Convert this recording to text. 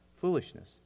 foolishness